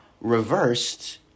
reversed